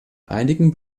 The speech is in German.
einigen